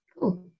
Cool